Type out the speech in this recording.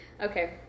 Okay